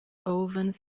ovens